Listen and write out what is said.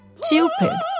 stupid